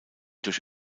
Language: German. durch